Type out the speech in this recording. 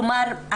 כלומר,